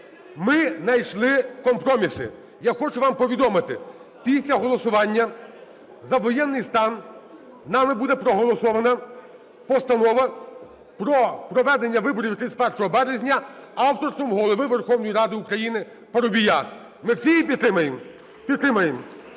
ми найшли компроміси. Я хочу вам повідомити: після голосування за воєнний стан нами буде проголосована Постанова про проведення виборів 31 березня авторством Голови Верховної Ради України Парубія. Ми всі її підтримаємо?